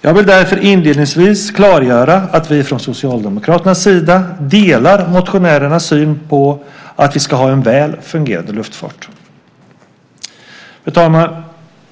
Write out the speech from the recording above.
Jag vill därför inledningsvis klargöra att vi från Socialdemokraternas sida delar motionärernas syn på att vi ska ha en väl fungerade luftfart. Fru talman!